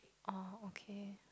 orh okay